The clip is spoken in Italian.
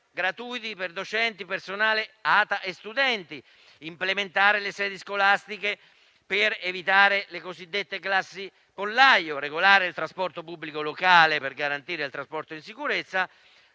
gratuiti per docenti, personale ATA e studenti, implementare le sedi scolastiche per evitare le cosiddette classi pollaio, regolare il trasporto pubblico locale per garantire il trasporto in sicurezza